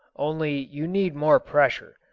only you need more pressure.